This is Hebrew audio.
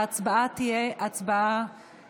ההצבעה תהיה שמית.